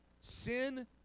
Sin